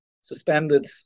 suspended